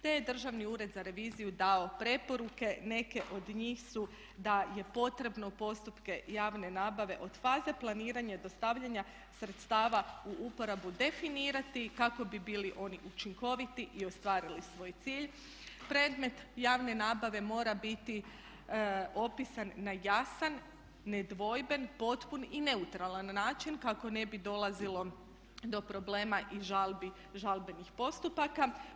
Te je Državni ured za reviziju dao preporuke, neke od njih su da je potrebno postupke javne nabave od faze planiranja, dostavljanja sredstava u uporabu definirati kako bi bili oni učinkoviti i ostvarili svoj cilj predmet javne nabave mora biti opisan na jasan, nedvojben, potpun i neutralan način kako ne bi dolazilo do problema i žalbenih postupaka.